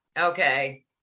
okay